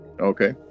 Okay